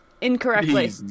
Incorrectly